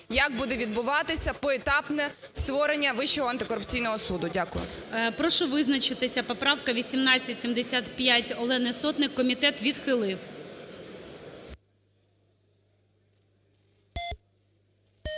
як буде відбуватися поетапне створення Вищого антикорупційного суду. Дякую. ГОЛОВУЮЧИЙ. Прошу визначитися: поправка 1875 Олени Сотник. Комітет відхилив.